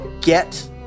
get